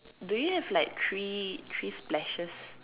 do you have like three three splashes